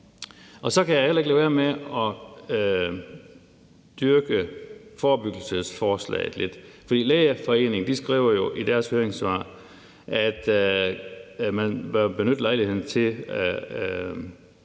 Og så kan jeg heller ikke lade være med at dyrke forebyggelsesforslaget lidt. For Lægeforeningen skriver jo i deres høringssvar, at man bør benytte lejligheden til